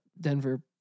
Denver